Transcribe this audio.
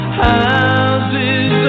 houses